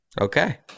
Okay